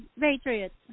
Patriots